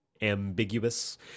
ambiguous